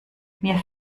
mir